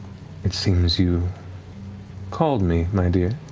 it seems you called me, my dear.